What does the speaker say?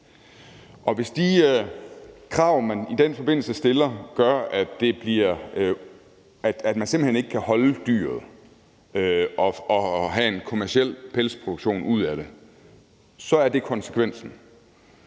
Hvis de krav, man stiller i den forbindelse, gør, at man simpelt hen ikke kan holde det dyr og have en kommerciel pelsproduktion, er det konsekvensen.